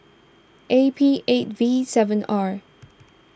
A P eight V seven R